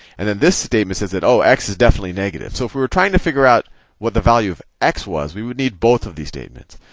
and then this statement says that oh, x is definitely negative. so if we were trying to figure out what the value of x was, we would need both of these statements.